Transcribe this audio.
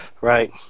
Right